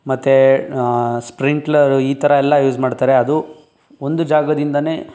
ಮತ್ತು ಸ್ಪ್ರಿನ್ಟ್ಲರು ಈ ಥರ ಎಲ್ಲ ಯೂಸ್ ಮಾಡ್ತಾರೆ ಒಂದು ಜಾಗದಿಂದಾನೆ